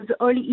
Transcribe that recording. early